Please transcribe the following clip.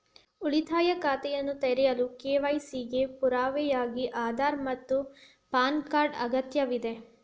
ಉಳಿತಾಯ ಖಾತೆಯನ್ನು ತೆರೆಯಲು ಕೆ.ವೈ.ಸಿ ಗೆ ಪುರಾವೆಯಾಗಿ ಆಧಾರ್ ಮತ್ತು ಪ್ಯಾನ್ ಕಾರ್ಡ್ ಅಗತ್ಯವಿದೆ